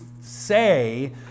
say